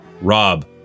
rob